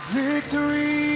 victory